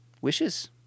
wishes